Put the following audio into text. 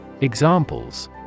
Examples